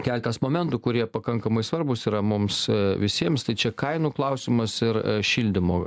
keletas momentų kurie pakankamai svarbūs yra mums visiems tai čia kainų klausimas ir šildymo